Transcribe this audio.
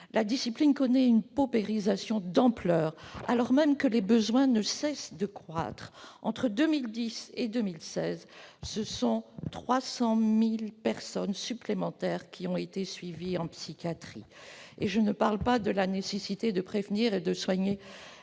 La discipline connaît une paupérisation d'ampleur, alors même que les besoins ne cessent de croître. Entre 2010 et 2016, quelque 300 000 personnes supplémentaires ont en effet été suivies en psychiatrie ! Faut-il évoquer la nécessité de prévenir et de soigner